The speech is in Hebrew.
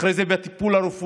אחרי זה בא הטיפול הרפואי,